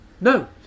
No